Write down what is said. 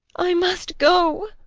i must go.